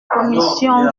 commission